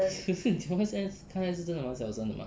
可是你讲话现在刚才是蛮小声的 mah